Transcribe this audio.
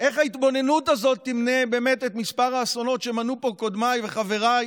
איך ההתבוננות הזאת תמנה באמת את מספר האסונות שמנו פה קודמיי וחבריי.